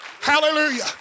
Hallelujah